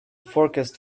forecast